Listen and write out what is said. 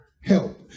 help